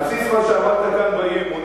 על בסיס מה שאמרת כאן באי-אמון,